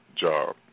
job